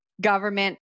government